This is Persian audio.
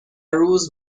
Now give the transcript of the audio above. روز